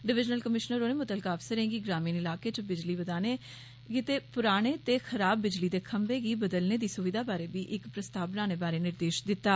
divisional commissioner होरें मुतलका अफसरें गी ग्रामीण इलाकें च बिजली बदाने गितै पराने ते खराब बिजली दे खम्बे गी बदलने दी सुविधा बारै बी इक प्रस्ताव बनाने बारै बी निर्देश दित्ता